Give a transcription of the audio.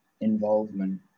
involvement